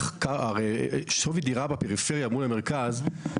שווי דירה בפריפריה מול המרכז,